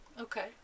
okay